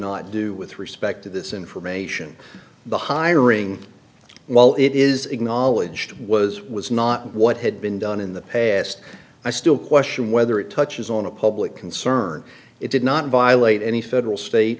not do with respect to this information the hiring while it is acknowledged was was not what had been done in the past i still question whether it touches on a public concern it did not violate any federal state